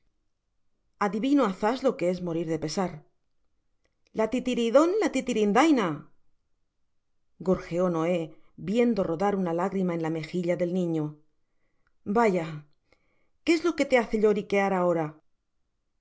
adivino azás lo que es morir de pesar la titiridon la titirindaina gorgeó noé viendo rodar una ingrima en la megilla del niño vaya que es lo que le hace lloriquear ahora